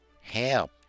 Help